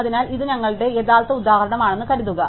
അതിനാൽ ഇത് ഞങ്ങളുടെ യഥാർത്ഥ ഉദാഹരണമാണെന്ന് കരുതുക